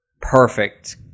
perfect